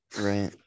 right